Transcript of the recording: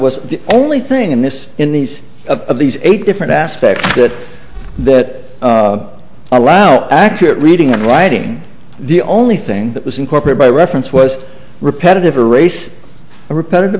was the only thing in this in these of these eight different aspects that allow accurate reading and writing the only thing that was incorporate by reference was repetitive or race repetitive